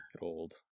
Old